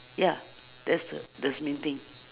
ya that's the thes main thing